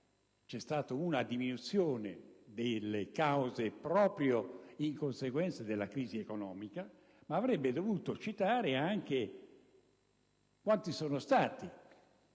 è stata una riduzione delle cause proprio in conseguenza della crisi economica. Lei avrebbe dovuto citare anche il dato